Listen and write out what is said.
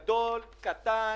גדול, קטן,